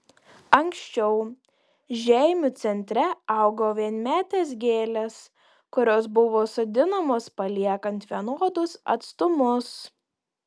anksčiau žeimių centre augo vienmetės gėlės kurios buvo sodinamos paliekant vienodus atstumus